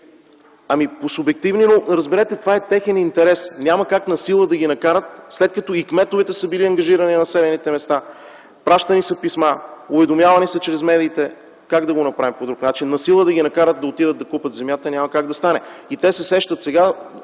По субективни, но разберете – това е техен интерес. Няма как насила да ги накарат, след като и кметовете на населените места са били ангажирани - пращани са писма, уведомявани са чрез медиите. Как да го направим по друг начин? Насила да ги накарат да отидат да купят земята, няма как да стане. Те се сещат сега